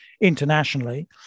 internationally